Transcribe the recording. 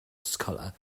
scholar